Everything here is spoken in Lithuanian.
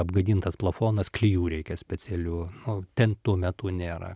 apgadintas plafonas klijų reikia specialių o ten tuo metu nėra